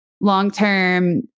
long-term